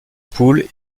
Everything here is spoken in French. poule